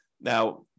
Now